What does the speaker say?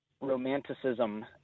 romanticism